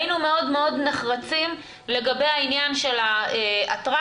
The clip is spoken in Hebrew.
היינו מאוד מאוד נחרצים לגבי העניין של האטרקציות,